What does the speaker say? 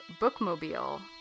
bookmobile